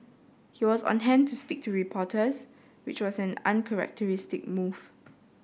he was on hand to speak to reporters which was an uncharacteristic move